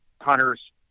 hunters